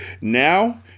Now